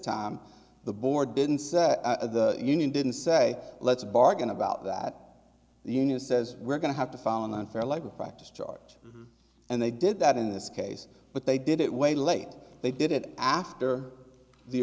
time the board didn't say the union didn't say let's bargain about that the union says we're going to have to file an unfair labor practice charge and they did that in this case but they did it way late they did it after the